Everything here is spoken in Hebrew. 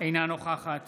אינה נוכחת